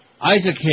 Isaac